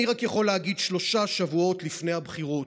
אני רק יכול להגיד, שלושה שבועות לפני הבחירות: